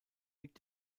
liegt